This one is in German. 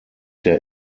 der